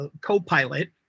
co-pilot